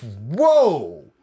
Whoa